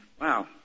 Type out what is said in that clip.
Wow